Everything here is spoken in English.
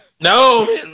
No